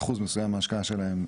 אחוז מסוים מההשקעה שלהן,